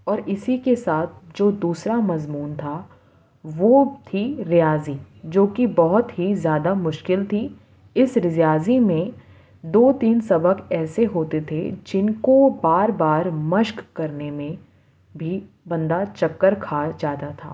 اور اسی کے ساتھ جو دوسرا مضمون تھا وہ تھی ریاضی جو کہ بہت ہی زیادہ مشکل تھی اس ریاضی میں دو تین سبق ایسے ہوتے تھے جن کو بار بار مشق کرنے میں بھی بندہ چکر کھا جاتا تھا